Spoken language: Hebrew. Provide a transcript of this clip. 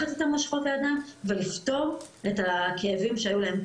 לקחת את המושכות בידיים ולפתור את הכאבים שהיו להם.